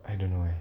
I don't know eh